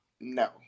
No